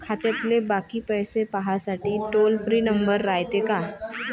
खात्यातले बाकी पैसे पाहासाठी टोल फ्री नंबर रायते का?